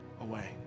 away